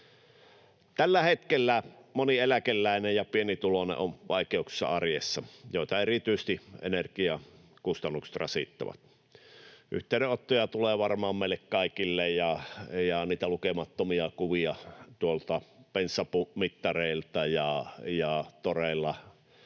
Tällä hetkellä moni eläkeläinen ja pienituloinen on vaikeuksissa arjessa, jota erityisesti energiakustannukset rasittavat. Yhteydenottoja ja lukemattomia kuvia bensamittareilta tulee